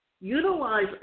utilize